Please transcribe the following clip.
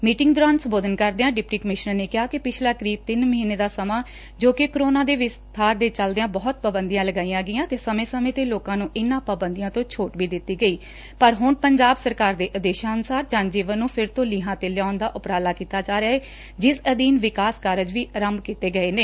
meeting ਦੌਰਾਨ ਸੰਬੋਧਨ ਕਰਦਿਆਂ ਡਿਪਟੀ ਕਮਿਸ਼ਨਰ ਨੇ ਕਿਹਾ ਕਿ ਪਿਛਲਾ ਕਰੀਬ ਤਿੰਨ ਮਹੀਨੇ ਦਾ ਸਮਾਂ ਜੋ ਕਿ ਕੋਰੋਨਾ ਦੇ ਵਿਸਥਾਰ ਦੇ ਚਲਦਿਆਂ ਬਹੁਤ ਪਾਬੰਦੀਆਂ ਲਗਾਈਆਂ ਗਈਆਂ ਅਤੇ ਸਮੇਂ ਸਮੇਂ ਤੇ ਲੋਕਾਂ ਨੁੰ ਉਨਾਂ ਪਾਬੰਦੀਆਂ ਤੋਂ ਛੋਟ ਵੀ ਦਿੱਤੀ ਗਈ ਪਰ ਹੁਣਿ ਪੰਜਾਬ ਸਰਕਾਰ ਦੇ ਆਦੇਸ਼ਾਂ ਅਨੁਸਾਰ ਜਨ ਜੀਵਨ ਨੂੰ ਫਿਰ ਤੋਂ ਲੀਹਾਂ ਤੇ ਲਿਆਉਣ ਦਾ ਉਪਰਾਲਾ ਕੀਤਾ ਜਾ ਰਿਹਾ ਏ ਜਿਸ ਅਧੀਨ ਵਿਕਾਸ ਕਾਰਜ ਵੀ ਅਰੰਭ ਕੀਤੇ ਗਏ ਨੇ